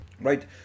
right